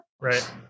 Right